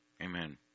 Amen